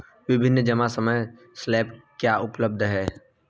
विभिन्न जमा समय स्लैब क्या उपलब्ध हैं?